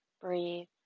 Breathe